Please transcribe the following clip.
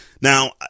now